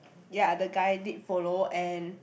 ya the guy did follow and